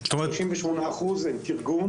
38% עם תרגום